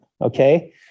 Okay